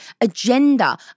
agenda